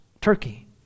Turkey